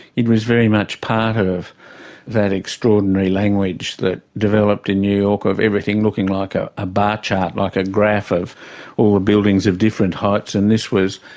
it was very much part of that extraordinary language that developed in new york of everything looking like ah a bar chart, like a graph of buildings of different heights, and this was.